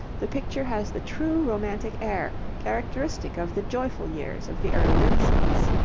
the picture has the true romantic air, characteristic of the joyful years of the early renaissance.